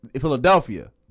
Philadelphia